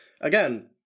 Again